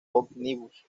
ómnibus